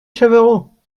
chavarot